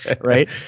right